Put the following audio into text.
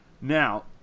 now